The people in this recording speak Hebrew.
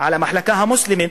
על המחלקה המוסלמית,